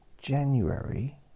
January